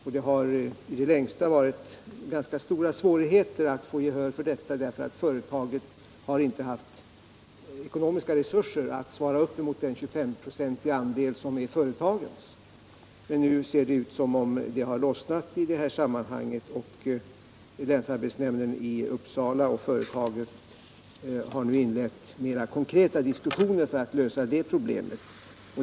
I det längsta har det varit ganska stora svårigheter att vinna gehör för detta, eftersom företaget inte har haft ekonomiska resurser att klara den 25-procentiga andel som är företagens. Nu ser det emellertid ut som om det har lossnat, och länsarbetsnämnden i Uppsala och företaget har inlett mera konkreta diskussioner för att lösa det problemet.